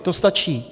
To stačí.